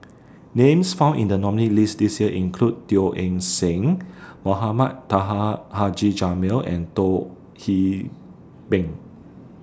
Names found in The nominee list This Year include Teo Eng Seng Mohamed Taha Haji Jamil and Hee Beng